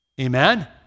Amen